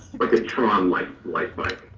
like a tron like lightbike.